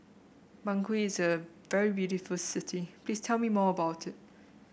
Bangui is a very beautiful city please tell me more about it